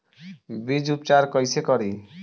बीज उपचार कईसे करी?